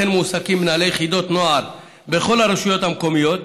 אכן מועסקים מנהלי יחידות נוער בכל הרשויות המקומיות,